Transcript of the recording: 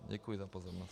Děkuji za pozornost.